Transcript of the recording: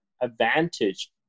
advantage